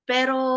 Pero